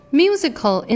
musical